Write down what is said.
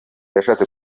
yashatse